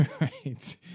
right